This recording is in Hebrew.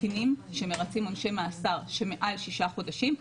קטינים שמרצים עונשי מאסר שמעל שישה חודשים,